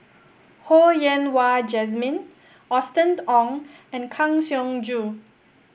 Ho Yen Wah Jesmine Austen Ong and Kang Siong Joo